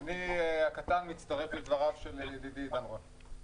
אני, הקטן, מצטרף לדבריו של חברי עידן רול.